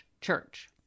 church